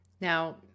now